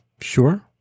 Sure